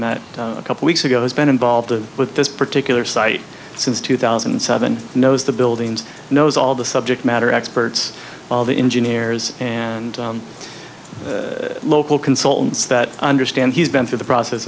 met a couple weeks ago has been involved with this particular site since two thousand and seven knows the buildings knows all the subject matter experts all the engineers and local consultants that understand he's been through the process